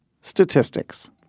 statistics